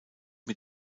mit